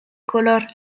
color